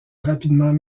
rapidement